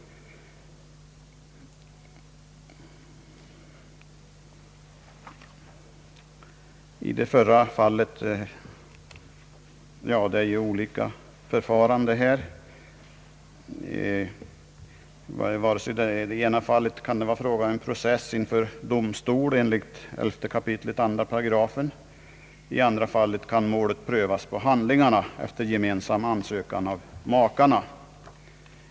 Det är olika förfaranden som föreslås här. I det ena fallet kan det vara fråga om en process inför domstol, i andra fallet kan målet prövas på handlingarna efter gemensam ansökan av makarna.